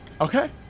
okay